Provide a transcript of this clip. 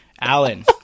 Alan